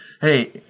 Hey